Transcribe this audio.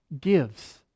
gives